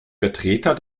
vertreter